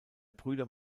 brüder